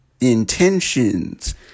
intentions